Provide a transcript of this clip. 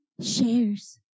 shares